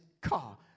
car